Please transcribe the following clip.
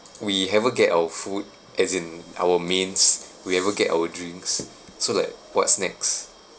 we haven't get our food as in our mains we haven't get our drinks so like what's next